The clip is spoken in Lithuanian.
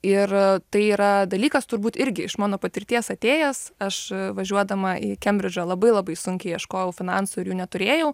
ir tai yra dalykas turbūt irgi iš mano patirties atėjęs aš važiuodama į kembridžą labai labai sunkiai ieškojau finansų ir jų neturėjau